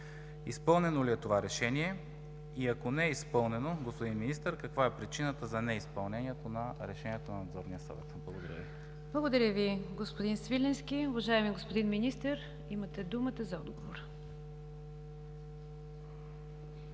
Изпълнено ли е това решение и, ако не е изпълнено, господин Министър, каква е причината за неизпълнението на Решението на Надзорния съвет? Благодаря Ви. ПРЕДСЕДАТЕЛ НИГЯР ДЖАФЕР: Благодаря Ви, господин Свиленски. Уважаеми господин Министър, имате думата за отговор.